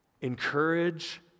encourage